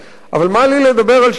אבל מה לי לדבר על שבעה ימים,